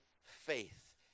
faith